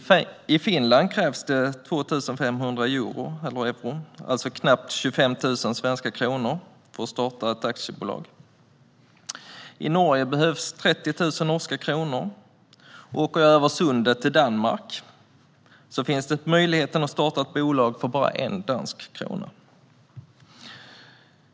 I Finland krävs det 2 500 euro, alltså knappt 25 000 svenska kronor, för att starta ett aktiebolag. I Norge behövs 30 000 norska kronor. Åker jag över Sundet till Danmark finns möjligheten att starta ett bolag för bara 1 dansk krona.